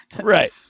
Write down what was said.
Right